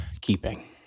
keeping